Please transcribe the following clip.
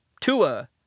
Tua